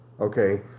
Okay